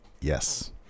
Yes